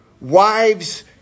Wives